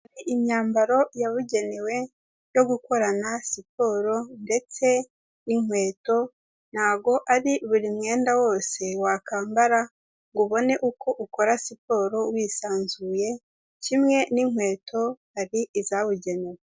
Imyambaro yabugenewe yo gukorana siporo ndetse n'inkweto, ntabwo ari buri mwenda wose wakwambara ngo ubone uko ukora siporo wisanzuye kimwe n'inkweto hari izabugenewe.